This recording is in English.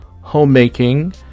homemaking